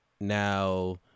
now